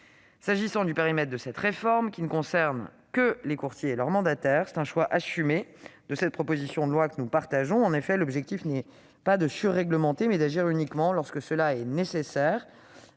Le périmètre de cette réforme, qui ne concerne que les courtiers et leurs mandataires, est un choix assumé de cette proposition de loi, que nous partageons. En effet, l'objectif n'est pas de surréglementer, mais d'agir uniquement lorsque cela est nécessaire.